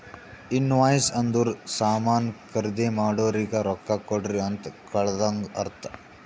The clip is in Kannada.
ಇನ್ವಾಯ್ಸ್ ಅಂದುರ್ ಸಾಮಾನ್ ಖರ್ದಿ ಮಾಡೋರಿಗ ರೊಕ್ಕಾ ಕೊಡ್ರಿ ಅಂತ್ ಕಳದಂಗ ಅರ್ಥ